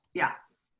yes,